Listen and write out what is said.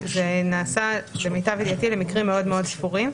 זה נעשה למיטב ידיעתי במקרים מאוד ספורים,